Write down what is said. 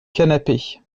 canapé